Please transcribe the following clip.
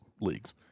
leagues